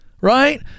Right